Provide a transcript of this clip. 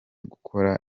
gukora